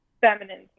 feminine